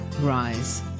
Rise